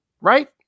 right